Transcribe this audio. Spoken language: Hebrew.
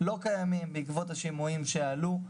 לא קיימים בעקבות השימועים שעלו.